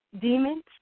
demons